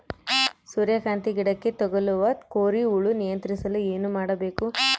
ಸೂರ್ಯಕಾಂತಿ ಗಿಡಕ್ಕೆ ತಗುಲುವ ಕೋರಿ ಹುಳು ನಿಯಂತ್ರಿಸಲು ಏನು ಮಾಡಬೇಕು?